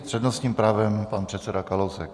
S přednostním právem pan předseda Kalousek.